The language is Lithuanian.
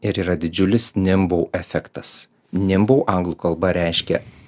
ir yra didžiulis nimbou efektas nimbou anglų kalba reiškia